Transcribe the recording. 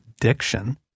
diction